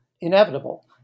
inevitable